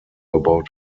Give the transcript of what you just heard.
about